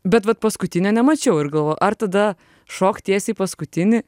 bet vat paskutinio nemačiau ir galvo ar tada šokt tiesiai į paskutinį